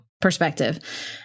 perspective